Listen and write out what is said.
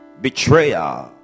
betrayer